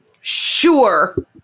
Sure